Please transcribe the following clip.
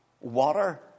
Water